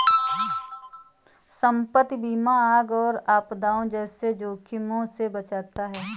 संपत्ति बीमा आग और आपदाओं जैसे जोखिमों से बचाता है